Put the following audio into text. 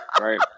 right